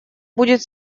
будет